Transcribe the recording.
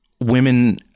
women